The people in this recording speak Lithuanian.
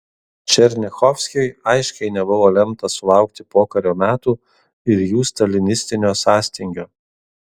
černiachovskiui aiškiai nebuvo lemta sulaukti pokario metų ir jų stalinistinio sąstingio